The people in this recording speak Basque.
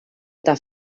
eta